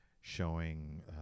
showing